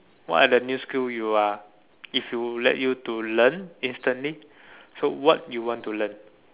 what are the new skill you are if you let you to learn instantly so what you want to learn